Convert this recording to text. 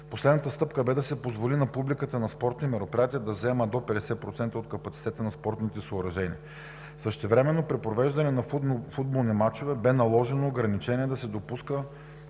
Последната стъпка бе да се позволи на публиката на спортни мероприятия да заема до 50% от капацитета на спортните съоръжения. Същевременно при провеждане на футболни мачове бе наложено ограничение да се допуска